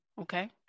okay